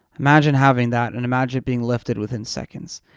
imagine having that, and imagine it being lifted within seconds.